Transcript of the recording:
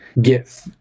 get